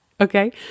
Okay